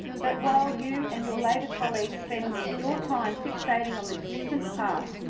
but while you and your labor colleagues spend your time fixating on the distant past,